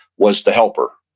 was the helper.